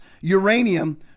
uranium